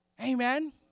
Amen